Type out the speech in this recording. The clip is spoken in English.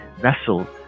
vessel